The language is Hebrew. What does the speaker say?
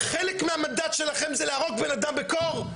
חלק מהמנדט שלכם זה להרוג את הבן אדם בקור?